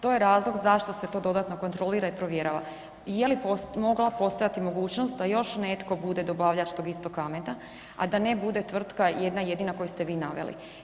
To je razlog zašto se to dodatno kontrolira i provjerava i je li mogla postojati mogućnost da još netko bude dobavljač tog istog kamena, a da ne bude tvrtka jedna jedina koju ste vi naveli.